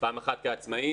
פעם אחת כעצמאי.